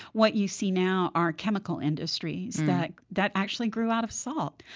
what you see now are chemical industries that that actually grew out of salt.